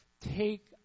take